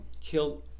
killed